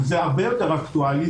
וזה הרבה יותר אקטואלי,